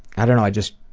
i don't know, i just,